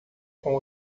com